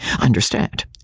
Understand